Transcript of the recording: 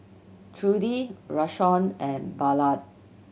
Trudie Rashawn and Ballard